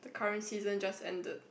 the current season just ended